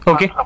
Okay